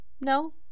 No